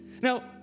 Now